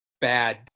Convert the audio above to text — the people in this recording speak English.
bad